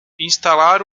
instalar